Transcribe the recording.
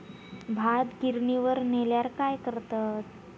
भात गिर्निवर नेल्यार काय करतत?